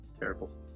terrible